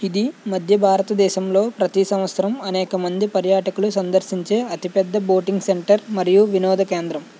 ఇది మద్య భారతదేశంలో ప్రతి సంవత్సరం అనేక మంది పర్యాటకులు సందర్శించే అతిపెద్ద బోటింగ్ సెంటర్ మరియు వినోద కేంద్రం